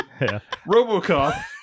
Robocop